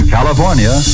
California